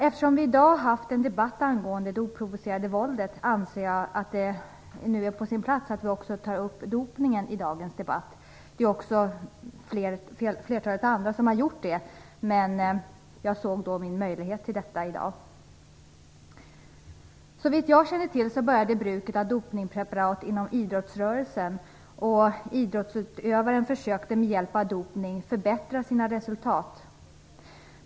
Eftersom vi på förmiddagen hade en debatt om det oprovocerade våldet anser jag att det är på sin plats att också ta upp dopningen i denna debatt. Flera andra har gjort det, och jag såg en möjlighet att göra det i dag. Såvitt jag känner till började bruket av dopningspreparat inom idrottsrörelsen. Idrottsutövare försökte med hjälp av dopning förbättra sina resultat.